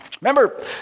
Remember